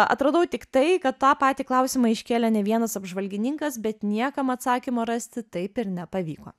atradau tik tai kad tą patį klausimą iškėlė ne vienas apžvalgininkas bet niekam atsakymo rasti taip ir nepavyko